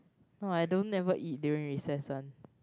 no I don't never eat during recess one